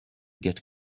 get